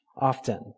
often